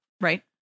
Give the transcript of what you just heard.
Right